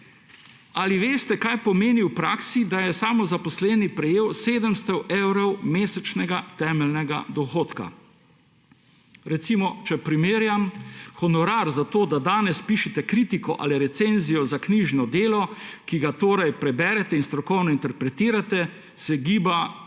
Ali veste, kaj pomeni v praksi, da je samozaposleni prejel 700 evrov mesečnega temeljnega dohodka? Recimo, če primerjam, honorar za to, da danes pišete kritiko ali recenzijo za knjižno delo, ki ga torej preberete in strokovno interpretirate, se giba